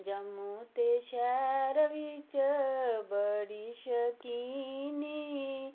जम्मू ते शैह्र बिच्च बड़ी शकीनी